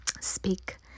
speak